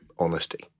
honesty